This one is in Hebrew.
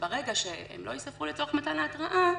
ברגע שהם לא ייספרו לתוך מתן ההתראה,